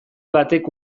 batek